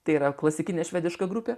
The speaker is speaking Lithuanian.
tai yra klasikinė švediška grupė